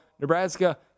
Nebraska